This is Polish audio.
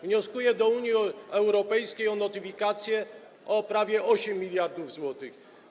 Wnioskuje do Unii Europejskiej o notyfikację o prawie 8 mld zł.